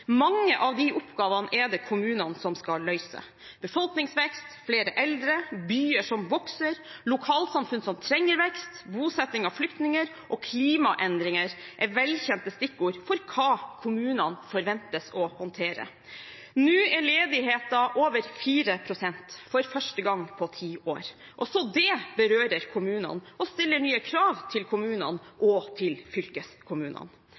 Mange av disse oppgavene er det kommunene som skal løse. Befolkningsvekst, flere eldre, byer som vokser, lokalsamfunn som trenger vekst, bosetting av flyktninger og klimaendringer er velkjente stikkord for hva kommunene forventes å håndtere. Nå er ledigheten over 4 pst., for første gang på ti år. Også det berører kommunene og stiller nye krav til kommunene og til fylkeskommunene.